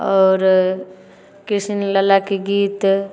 आओर कृष्णललाके गीत